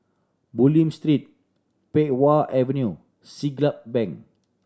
Bulim Street Pei Wah Avenue Siglap Bank